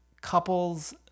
couples